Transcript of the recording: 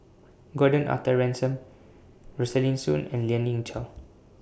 Gordon Arthur Ransome Rosaline Soon and Lien Ying Chow